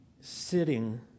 sitting